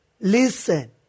Listen